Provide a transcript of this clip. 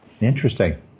interesting